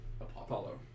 Apollo